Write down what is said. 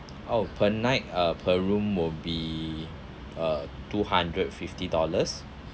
oh per night uh per room will be uh two hundred fifty dollars